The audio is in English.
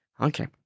Okay